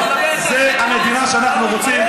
זה המדינה שאנחנו רוצים?